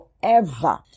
forever